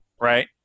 right